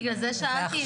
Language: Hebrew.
בגלל זה שאלתי את זה.